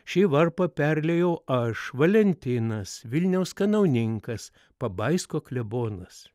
šį varpą perliejau aš valentinas vilniaus kanauninkas pabaisko klebonas